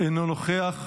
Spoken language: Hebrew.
אינה נוכחת,